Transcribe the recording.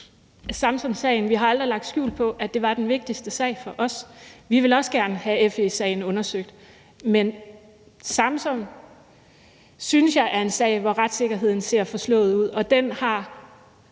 ikke bekymret. Vi har aldrig lagt skjul på, at Samsamsagen var den vigtigste sag for os. Vi vil også gerne have FE-sagen undersøgt, men Samsamsagen synes jeg er en sag, hvor retssikkerheden ser forslået ud, og den har,